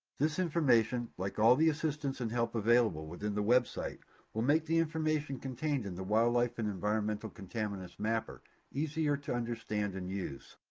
this information, like all the assistance and help available within the website will make the information contained in the wildlife and environmental contaminants mapper easier to understand and use.